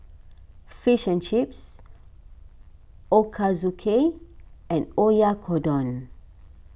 Fish and Chips Ochazuke and Oyakodon